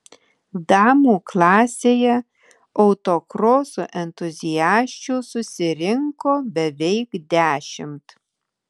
damų klasėje autokroso entuziasčių susirinko beveik dešimt